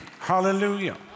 Hallelujah